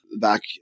back